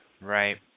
Right